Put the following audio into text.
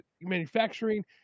Manufacturing